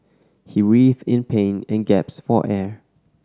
he writhed in pain and gasped for air